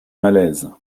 malaise